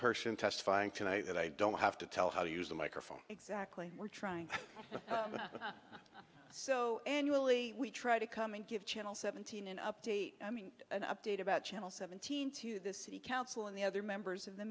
person testifying today that i don't have to tell how to use the microphone exactly we're trying so annually we try to come in give channel seventeen an update i mean an update about channel seventeen to the city council and the other members of the